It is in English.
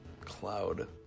Cloud